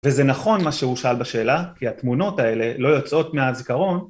וזה נכון מה שהוא שאל בשאלה, כי התמונות האלה לא יוצאות מהזיכרון.